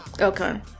Okay